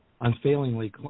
unfailingly